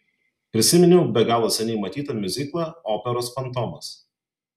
prisiminiau be galo seniai matytą miuziklą operos fantomas